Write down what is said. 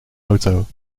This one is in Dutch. auto